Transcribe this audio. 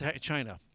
China